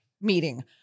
meeting